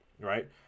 right